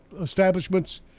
establishments